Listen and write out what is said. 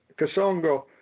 Kasongo